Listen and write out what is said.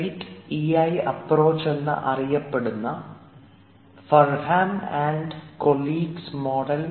trait E I approach എന്ന് അറിയപ്പെടുന്ന Furnham and colleagues model